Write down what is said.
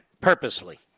purposely